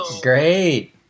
Great